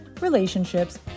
relationships